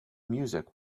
music